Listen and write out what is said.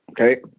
Okay